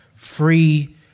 free